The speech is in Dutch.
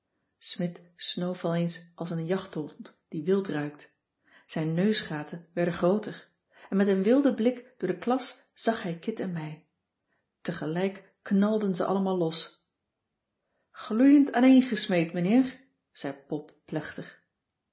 smidt snoof al eens al een jachthond die wild ruikt zijn neusgaten werden grooter en met éen wilden blik door de klas zag hij kit en mij tegelijk knalden ze allemaal los gloeiend aaneengesmeed meneer zei pop plechtig